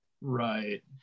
right